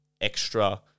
extra